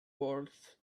words